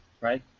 right